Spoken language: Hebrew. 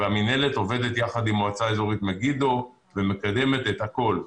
המינהלת עובדת יחד עם מועצה אזורית מגידו ומקדמת את הכול.